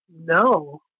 no